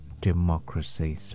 democracy